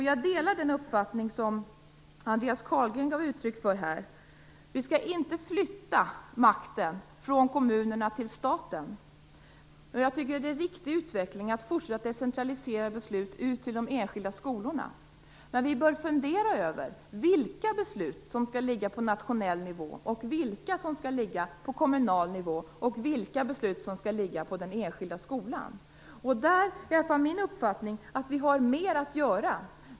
Jag delar den uppfattning som Andreas Carlgren här gav uttryck för. Vi skall inte flytta makten från kommunerna till staten. Det är en riktig utveckling att fortsätta att decentralisera beslut ut till de enskilda skolorna. Men vi bör fundera över vilka beslut som skall ligga på nationell nivå, vilka som skall ligga på kommunal nivå och vilka beslut som skall ligga på den enskilda skolan. Där är min uppfattning att vi har mer att göra.